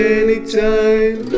anytime